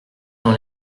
dans